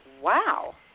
wow